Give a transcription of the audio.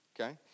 okay